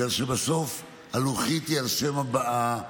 בגלל שבסוף הלוחית היא על שם הבעלים,